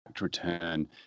return